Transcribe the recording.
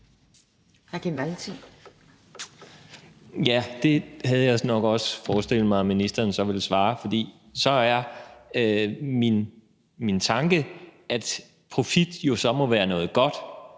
(V): Det havde jeg nok også forestillet mig at ministeren ville svare, for så er min tanke, at profit jo så må være noget godt.